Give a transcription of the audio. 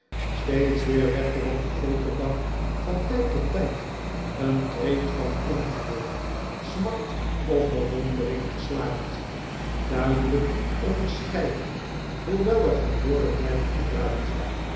steeds weer werd er op die folterbank van tijd tot tijd een kreet van ongeduld smart of verwondering geslaakt duidelijk onderscheiden hoewel er geen woorden werden gebruikt